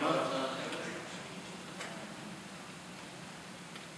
ההצעה שלא לכלול את הנושא בסדר-היום של הכנסת נתקבלה.